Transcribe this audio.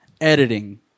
editing